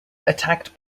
attacked